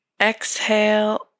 exhale